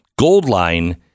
Goldline